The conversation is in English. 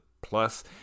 plus